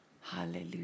Hallelujah